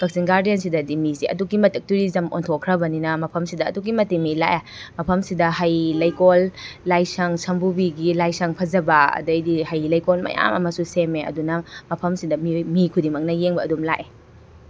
ꯀꯛꯆꯤꯡ ꯒꯥꯔꯗꯦꯟꯁꯤꯗꯗꯤ ꯃꯤꯁꯦ ꯑꯗꯨꯛꯀꯤ ꯃꯇꯤꯛ ꯇꯨꯔꯤꯖꯝ ꯑꯣꯟꯊꯣꯛꯈ꯭ꯔꯕꯅꯤꯅ ꯃꯐꯝ ꯁꯤꯗ ꯑꯗꯨꯛꯀꯤ ꯃꯇꯤꯛ ꯃꯤ ꯂꯥꯛꯑꯦ ꯃꯐꯝꯁꯤꯗ ꯍꯩ ꯂꯩꯀꯣꯜ ꯂꯥꯏꯁꯪ ꯁꯝꯄꯨꯕꯤꯒꯤ ꯂꯥꯏꯁꯪ ꯐꯖꯕ ꯑꯗꯒꯤꯗꯤ ꯍꯩ ꯂꯩꯀꯣꯜ ꯃꯌꯥꯝ ꯑꯃꯁꯨ ꯁꯦꯝꯃꯦ ꯑꯗꯨꯅ ꯃꯐꯝꯁꯤꯗ ꯃꯤ ꯈꯨꯗꯤꯡꯃꯛꯅ ꯌꯦꯡꯕ ꯑꯗꯨꯝ ꯂꯥꯛꯑꯦ